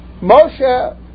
Moshe